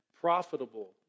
profitable